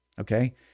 okay